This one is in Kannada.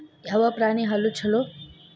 ಯಾವ ಪ್ರಾಣಿ ಹಾಲು ಛಲೋ?